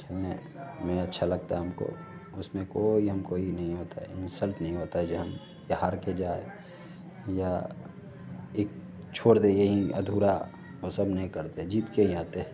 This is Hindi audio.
खेलने में अच्छा लगता है हमको उसमें कोई हमको यह नहीं होता है इन्सल्ट नहीं होता है यह हम या हार के जाए या एक छोड़ दे यहीं अधूरा वह सब नहीं करते जीत के ही आते हैं